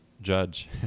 Judge